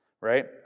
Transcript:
right